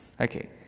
Okay